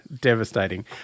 devastating